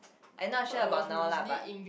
I not sure about now lah but